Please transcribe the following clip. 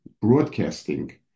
broadcasting